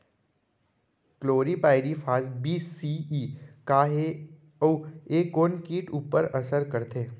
Chlorpyrifos बीस CE का हे अऊ ए कोन किट ऊपर असर करथे?